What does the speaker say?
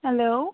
hello